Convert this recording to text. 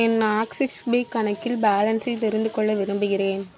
என் Axis பி கணக்கில் பேலன்ஸை தெரிந்துக்கொள்ள விரும்புகிறேன்